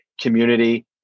community